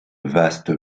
vaste